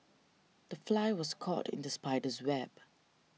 the fly was caught in the spider's web